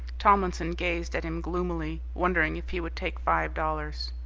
tomlinson gazed at him gloomily, wondering if he would take five dollars.